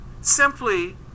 simply